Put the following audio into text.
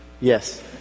Yes